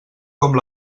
com